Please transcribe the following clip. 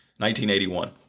1981